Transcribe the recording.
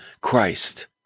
Christ